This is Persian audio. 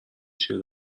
چیه